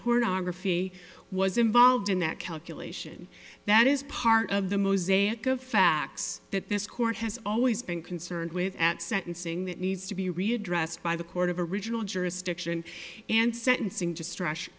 pornography was involved in that calculation that is part of the mosaic of facts that this court has always been concerned with at sentencing that needs to be readdressed by the court of original jurisdiction and sentencing just rush